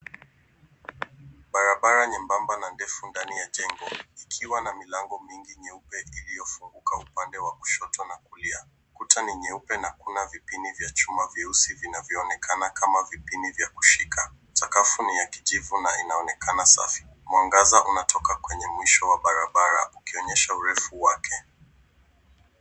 Barabara nyembamba na ndefu ndani ya jengo, ikiwa na milango mingi nyeupe iliyofunguka upande wa kushoto na kulia. Kuta ni nyeupe na kuna vipini vya chuma vyeusi vinavyoonekana kama vipini vya kushika. Sakafu ni ya kijivu na inaonekana safi. Mwangaza unatoka kwenye mwisho wa barabara ukionyesha urefu wake.